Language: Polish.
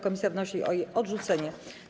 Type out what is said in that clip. Komisja wnosi o jej odrzucenie.